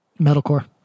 Metalcore